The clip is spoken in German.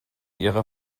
ihrer